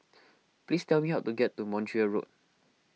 please tell me how to get to Montreal Road